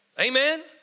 Amen